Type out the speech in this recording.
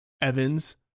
Evans